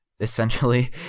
essentially